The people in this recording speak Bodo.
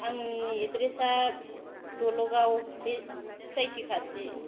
आंनि एड्रेसा दल'गाव बे चि आइ टि खाथि